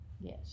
Yes